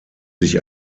sich